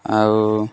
ଆଉ